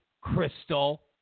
Crystal